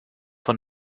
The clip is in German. von